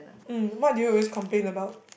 mm what do you always complain about